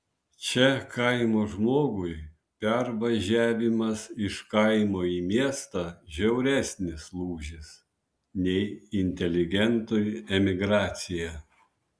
čia kaimo žmogui pervažiavimas iš kaimo į miestą žiauresnis lūžis nei inteligentui emigracija